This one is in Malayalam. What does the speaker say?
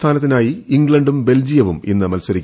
സ്ഥാനത്തിനായി ഇംഗ്ലണ്ടും ബെൽജിയവും ഇന്ന് മത്സരിക്കും